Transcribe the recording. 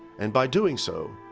and by doing so,